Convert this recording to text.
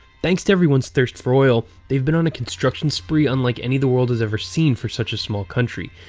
thanks to everyone's thirst for oil, they've been on a construction spree unlike any the world has ever seen for such a small country,